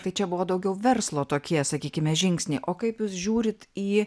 tai čia buvo daugiau verslo tokie sakykime žingsniai o kaip jūs žiūrit į